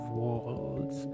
walls